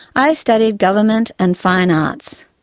i studied government and fine arts.